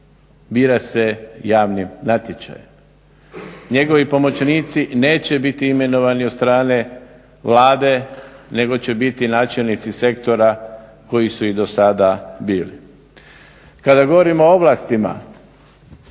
Bira se javnim natječajem. Njegovi pomoćnici neće biti imenovani od strane Vlade nego će biti načelnici sektora koji su i do sada bili. Kada govorimo o ovlastima,